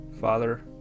father